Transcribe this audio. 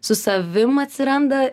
su savim atsiranda